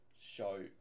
show